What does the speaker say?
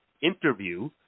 interview